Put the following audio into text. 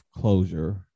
closure